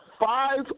Five